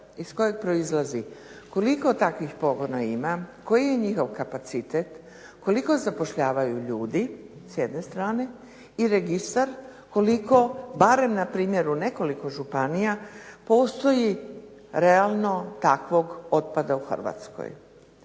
iz kojeg proizlazi koliko takvih pogona ima, koji je njihov kapacitet, koliko zapošljavaju ljudi, s jedne strane i registar koliko, barem npr. u nekoliko županija postoji realno takvog otpada u Hrvatskoj.